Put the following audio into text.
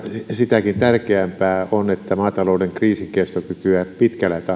sitäkin tärkeämpää on että maatalouden kriisinkestokykyä pitkällä